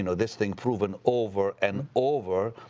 you know this thing proven over and over,